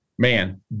Man